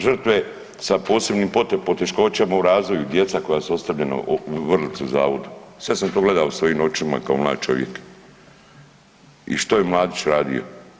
Žrtve sa posebnim poteškoćama u razvoju, djeca koja su ostavljena u Vrlici u zavodu, sve sam to gledao svojim očima kao mladi čovjek i što je Mladić radio.